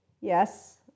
yes